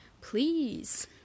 Please